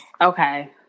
Okay